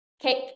Cake